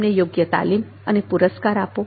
તેમને યોગ્ય તાલીમ અને પુરસ્કાર આપો